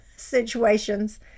situations